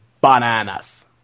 bananas